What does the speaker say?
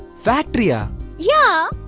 factory? ah yeah.